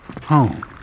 Home